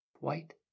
White